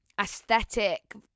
aesthetic